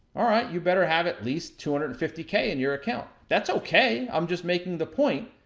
all right, you better have at least two hundred and fifty k in your account. that's okay, i'm just making the point,